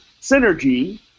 synergy